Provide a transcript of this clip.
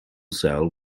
cell